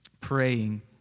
praying